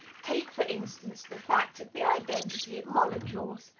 take, for instance, the fact of the identity of molecules,